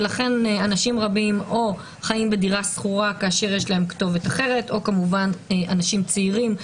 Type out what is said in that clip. ולכן אנשים רבים גרים בדירה שכורה בכתובת אחרת או אנשים צעירים.